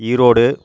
Erode